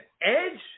edge